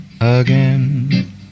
again